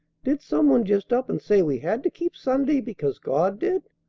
did some one just up and say we had to keep sunday because god did?